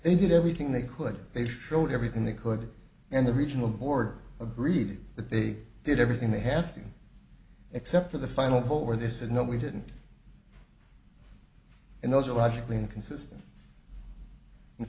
they did everything they could they wrote everything they could and the regional board agreed that they did everything they have to except for the final vote where they said no we didn't and those are logically inconsistent and